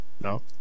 No